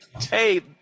hey